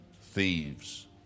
thieves